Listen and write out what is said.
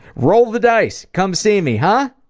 roll the dice, come see me, huh?